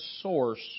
source